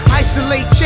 isolate